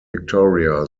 victoria